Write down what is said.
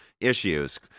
issues